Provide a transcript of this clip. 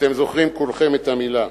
אתם זוכרים כולכם את המלה.